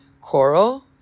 coral